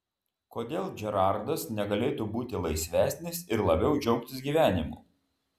kodėl džerardas negalėtų būti laisvesnis ir labiau džiaugtis gyvenimu